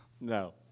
No